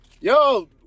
Yo